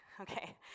Okay